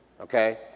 okay